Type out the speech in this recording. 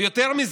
יותר מזה: